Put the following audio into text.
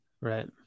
right